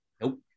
Nope